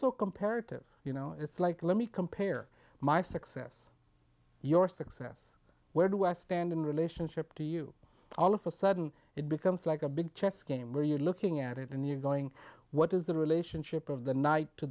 so comparative you know it's like let me compare my success your success where do i stand in relationship to you all of a sudden it becomes like a big chess game where you're looking at it and you're going what is the relationship of the night to